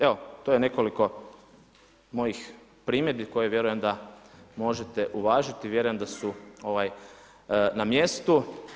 Evo to je nekoliko mojih primjedbi koje vjerujem da možete uvažiti i vjerujem da su na mjestu.